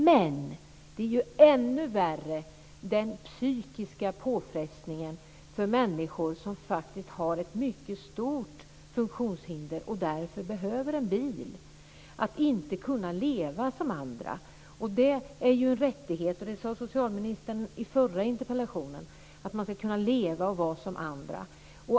Men det är ju ännu värre med den psykiska påfrestning det innebär för människor som har ett mycket stort funktionshinder och därför behöver en bil att inte kunna leva som andra. Detta är ju en rättighet. Socialministern sade också i den förra interpellationsdebatten att man ska kunna leva och vara som andra.